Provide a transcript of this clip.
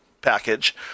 package